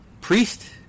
Priest